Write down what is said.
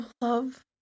love